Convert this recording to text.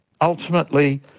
ultimately